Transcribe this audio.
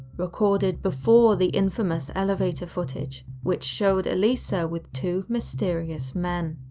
recorded before the infamous elevator footage, which showed elisa with two mysterious men.